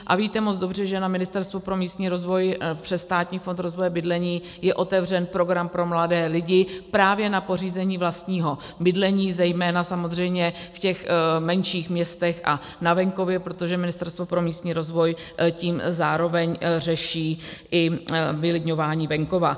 A víte moc dobře, že na Ministerstvu pro místní rozvoj přes Státní fond rozvoje bydlení je otevřen program pro mladé lidi právě na pořízení vlastního bydlení, zejména samozřejmě v těch menších městech a na venkově, protože Ministerstvo pro místní rozvoj tím zároveň řeší i vylidňování venkova.